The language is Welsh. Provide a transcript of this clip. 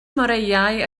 moreau